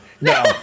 no